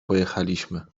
pojechaliśmy